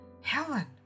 Helen